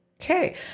Okay